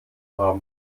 haben